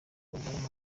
ubwanwa